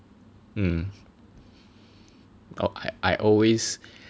mm got I I always